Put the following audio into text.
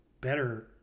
better